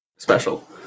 Special